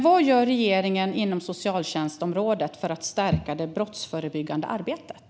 Vad gör regeringen inom socialtjänstområdet för att stärka det brottsförebyggande arbetet?